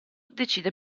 decide